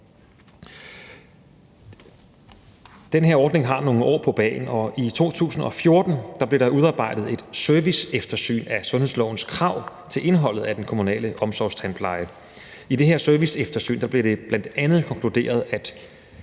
Den her ordning har nogle år på bagen, og i 2014 blev der udarbejdet et serviceeftersyn af sundhedslovens krav til indholdet af den kommunale omsorgstandpleje. I det her serviceeftersyn blev det bl.a. konkluderet,